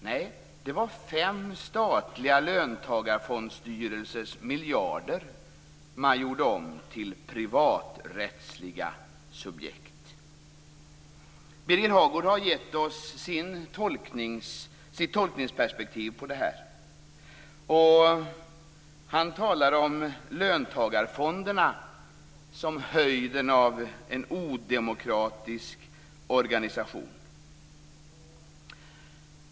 Nej, det var fem statliga löntagarfondsstyrelsers miljarder man gjorde om till privaträttsliga subjekt. Birger Hagård har givit oss sitt tolkningsperspektiv. Han talar om löntagarfonderna som höjden av odemokratisk organisation.